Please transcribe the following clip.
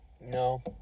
No